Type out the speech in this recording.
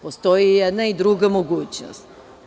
Postoji i jedna i druga mogućnost.